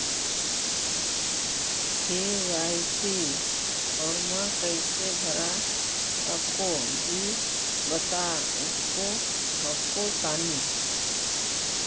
KYC फॉर्मा कैसे भरा हको जी बता उसको हको तानी?